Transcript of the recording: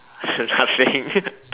surcharge thing